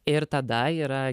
ir tada yra